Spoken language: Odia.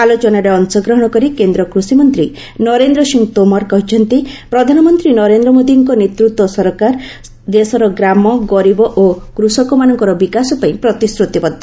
ଆଲୋଚନାରେ ଅଂଶଗ୍ରହଣ କରି କେନ୍ଦ୍ର କୃଷିମନ୍ତ୍ରୀ ନରେନ୍ଦ୍ର ସିଂହ ତୋମର କହିଛନ୍ତି ପ୍ରଧାନମନ୍ତ୍ରୀ ନରେନ୍ଦ୍ର ମୋଦିଙ୍କ ନେତୃତ୍ୱର ସରକାର ଦେଶର ଗ୍ରାମ ଗରିବ ଓ କୃଷକମାନଙ୍କ ବିକାଶ ପାଇଁ ପ୍ରତିଶ୍ରତିବଦ୍ଧ